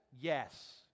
yes